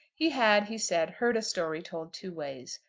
he had, he said, heard a story told two ways.